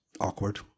awkward